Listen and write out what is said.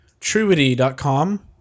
truity.com